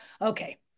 okay